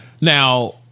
Now